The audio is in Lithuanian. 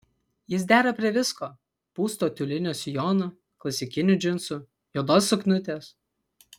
jis dera prie visko pūsto tiulinio sijono klasikinių džinsų juodos suknutės